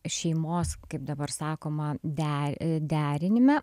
šeimos kaip dabar sakomade derinime